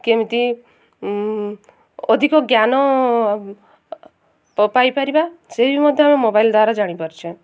କେମିତି ଅଧିକ ଜ୍ଞାନ ପାଇପାରିବା ସେ ବି ମଧ୍ୟ ଆମେ ମୋବାଇଲ୍ ଦ୍ୱାରା ଜାଣିପାରୁଛେ